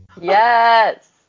Yes